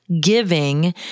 giving